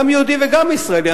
גם יהודי וגם ישראלי.